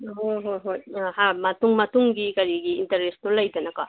ꯑꯣ ꯍꯣꯏ ꯍꯣꯏ ꯑꯥ ꯍꯥ ꯃꯇꯨꯡꯒꯤ ꯀꯔꯤꯒꯤ ꯏꯟꯇꯔꯦꯁꯇꯨ ꯂꯩꯗꯅꯀꯣ